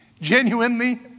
genuinely